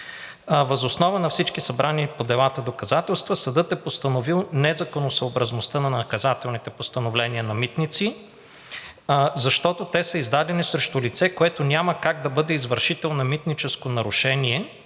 Въз основа на всички събрани по делата доказателства съдът е постановил незаконосъобразността на наказателните постановления на „Митници“, защото те са издадени срещу лице, което няма как да бъде извършител на митническо нарушение,